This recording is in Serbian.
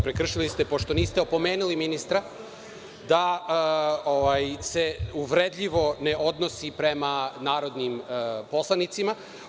Prekršili ste pošto niste opomenuli ministra da se uvredljivo ne odnosi prema narodnim poslanicima.